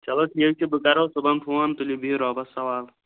چَلو ٹھیٖک چھِ بہٕ کَرو صُبحن فون تُلِو بِہِو رۄبَس حوال